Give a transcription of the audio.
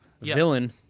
villain